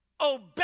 Obey